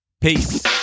Peace